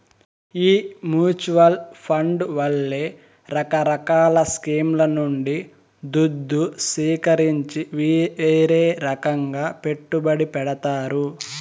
ఈ mutual fund వాళ్లే రకరకాల స్కీంల నుండి దుద్దు సీకరించి వీరే రకంగా పెట్టుబడి పెడతారు